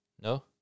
No